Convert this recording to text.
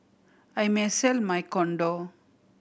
I may sell my condo